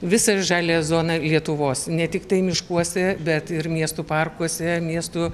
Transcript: visą žaliąją zoną lietuvos ne tiktai miškuose bet ir miestų parkuose miestų